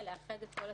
מי שהאשראי מוחזר אליו,